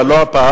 אבל לא הפעם.